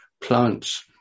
Plants